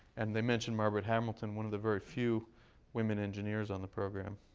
and they mentioned margaret hamilton, one of the very few women engineers on the program.